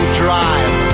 drive